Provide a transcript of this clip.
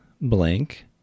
Blank